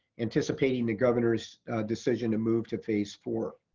anticipating the governor's decision to move to phase four.